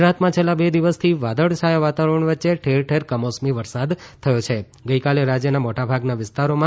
ગુજરાતમાં છેલ્લા બે દિવસથી વાદળછાયા વાતાવરણ વચ્ચે ઠેરઠેર કમોસમીવરસાદ થયો છેગઇકાલે રાજ્યના મોટાભાગના વિસ્તારોમાં